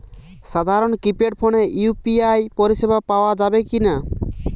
সাধারণ কিপেড ফোনে ইউ.পি.আই পরিসেবা পাওয়া যাবে কিনা?